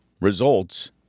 results